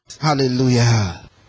Hallelujah